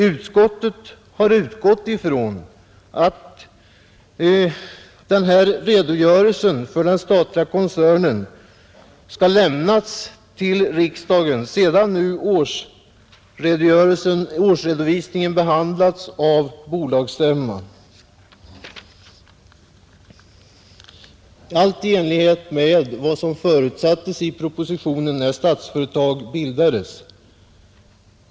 Utskottet har utgått ifrån att denna redogörelse för den statliga koncernen skall lämnas till riksdagen sedan nu årsredovisningen behandlats av bolagsstämman — allt i enlighet med vad som förutsattes i propositionen när Statsföretag bildades.